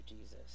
Jesus